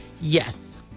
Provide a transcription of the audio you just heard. Yes